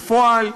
בפועל,